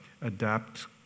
adapt